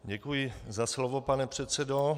Děkuji za slovo, pane předsedo.